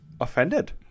offended